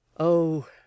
Oh